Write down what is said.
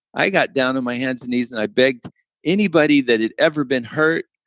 i got down on my hands and knees and i begged anybody that had ever been hurt,